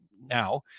now